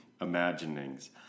imaginings